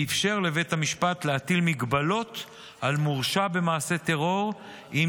ואפשר לבית המשפט להטיל מגבלות על מורשע במעשה טרור אם